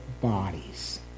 bodies